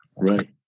Right